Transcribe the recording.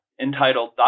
entitled